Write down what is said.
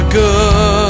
good